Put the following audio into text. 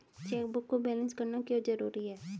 Chequebook को balance करना क्यों जरूरी है?